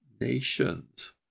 nations